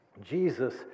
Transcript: Jesus